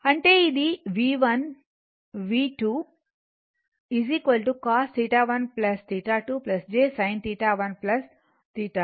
అంటే ఇది V1 V2 cos θ1 θ2 j sin θ1 θ2